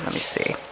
me see